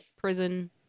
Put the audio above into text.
prison